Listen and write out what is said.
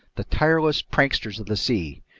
the tireless pranksters of the seas,